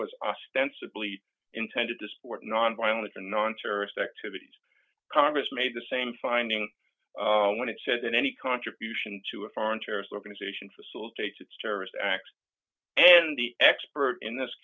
was ostensibly intended to support nonviolence and non terrorist activities congress made the same finding when it said that any contribution to a foreign terrorist organization facilitates terrorist acts and the expert in this